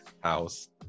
house